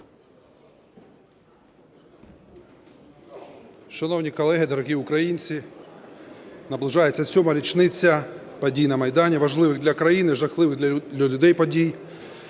Шановні колеги, дорогі українці! Наближається сьома річниця подій на Майдані, важливих для країни, жахливих для людей подій.